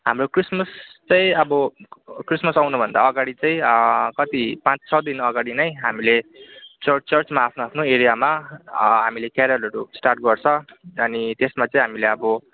हाम्रो क्रिसमस चाहिँ अब क्रिसमस आउनु भन्दा अगाडि चाहिँ कति पाँच छ दिन अगाडि नै हामीले चर्च चर्चमा आफ्नो आफ्नो एरियामा हामीले क्यारोलहरू स्टार्ट गर्छ अनि त्यसमा चाहिँ हामीले अब